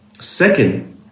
second